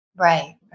Right